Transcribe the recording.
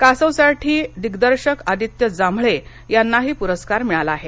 कासवसाठी दिग्दर्शक आदित्य जांभळे यांनाही पुरस्कार मिळाला आहे